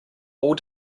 all